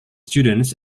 students